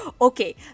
Okay